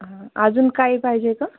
हां अजून काही पाहिजे का